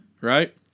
right